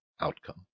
outcome